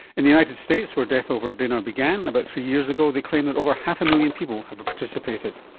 in the united states where death over dinner began about three years ago, they claim that over half a million people have participated.